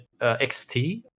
XT